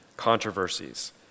controversies